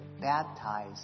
baptize